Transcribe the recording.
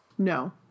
No